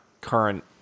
current –